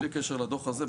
בלי קשר לדוח הזה,